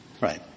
Right